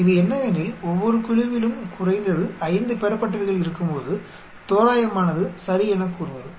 இது என்னவெனில் ஒவ்வொரு குழுவிலும் குறைந்தது 5 பெறப்பட்டவைகள் இருக்கும்போது தோராயமானது சரி எனக் கூறுவது